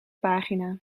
pagina